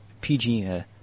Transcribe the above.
PG